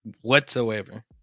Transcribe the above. whatsoever